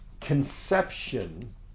conception